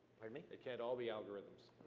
pardon me? it can't all be algorithms.